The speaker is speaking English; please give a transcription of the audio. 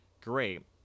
great